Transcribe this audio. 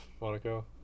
Monaco